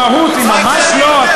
המהות, יצחק שמיר, ממש לא.